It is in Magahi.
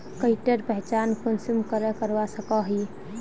कीटेर पहचान कुंसम करे करवा सको ही?